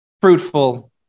fruitful